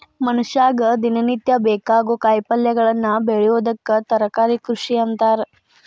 ಮನಷ್ಯಾಗ ದಿನನಿತ್ಯ ಬೇಕಾಗೋ ಕಾಯಿಪಲ್ಯಗಳನ್ನ ಬೆಳಿಯೋದಕ್ಕ ತರಕಾರಿ ಕೃಷಿ ಅಂತಾರ